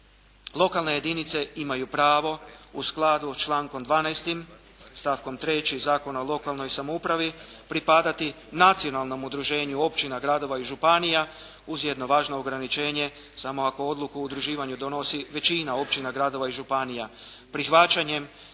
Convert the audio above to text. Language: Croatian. lokalne jedinice imaju pravo u skladu s člankom 12. stavkom 3. Zakona o lokalnoj samoupravi pripadati nacionalnom udruženju općina, gradova i županija uz jedno važno ograničenje samo ako odluku o udruživanju donosi većina općina, gradova i županija. Prihvaćanjem